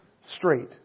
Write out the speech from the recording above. straight